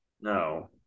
No